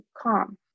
calm